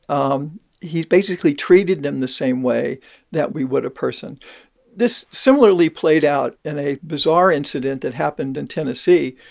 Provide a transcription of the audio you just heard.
um he's basically treated them the same way that we would a person this similarly played out in a bizarre incident that happened in and tennessee,